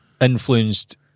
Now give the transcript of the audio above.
Influenced